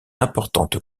importante